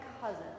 cousin